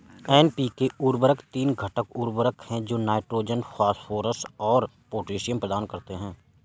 NPK उर्वरक तीन घटक उर्वरक हैं जो नाइट्रोजन, फास्फोरस और पोटेशियम प्रदान करते हैं